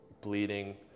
bleeding